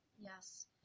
Yes